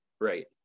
right